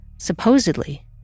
supposedly